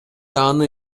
аны